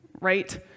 right